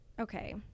Okay